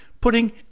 putting